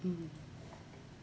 mm